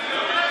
לא אמרתי,